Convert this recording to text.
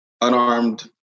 unarmed